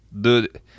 Dude